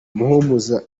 muhumuza